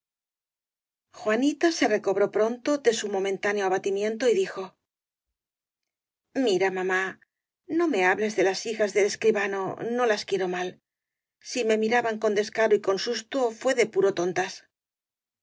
juanita se recobró pronto de su momentáneo abatimiento y dijo mira mamá no me hables de las hijas del es cribano no las quiero mal si me miraban con descaro y con susto fué de puro tontas